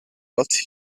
but